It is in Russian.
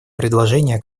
предложение